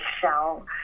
Shell